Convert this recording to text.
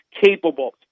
capable